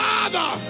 Father